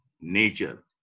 nature